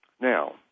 Now